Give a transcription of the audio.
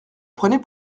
prenez